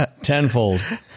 tenfold